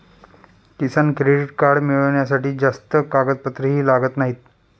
किसान credit card मिळवण्यासाठी जास्त कागदपत्रेही लागत नाहीत